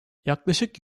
yaklaşık